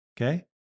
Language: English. Okay